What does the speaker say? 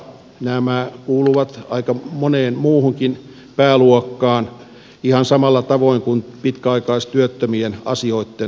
nämä kuuluvat aika moneen muuhunkin pääluokkaan ihan samalla tavoin kuin pitkäaikaistyöttömien asioitten hoitaminen